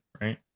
right